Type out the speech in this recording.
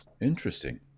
Interesting